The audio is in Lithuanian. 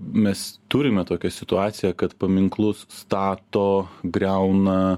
mes turime tokią situaciją kad paminklus stato griauna